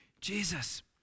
Jesus